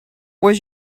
was